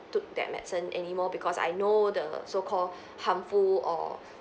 took that medicine anymore because I know the so called harmful or